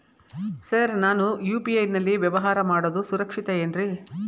Sir ನಾನು UPI ನಲ್ಲಿ ವ್ಯವಹಾರ ಮಾಡೋದು ಸುರಕ್ಷಿತ ಏನ್ರಿ?